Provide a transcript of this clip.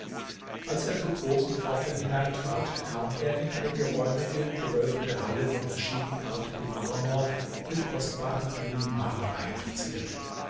als er zur großen pforte hineintrat kam er in eine geräumige gewölbte halle von verschiedenartigem marmor mit kostbaren blumenmalereien verziert